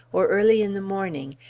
or early in the morning,